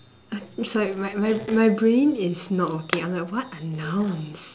sorry my my my brain is not working I'm like what are nouns